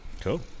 Cool